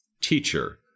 teacher